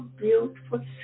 beautiful